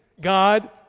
God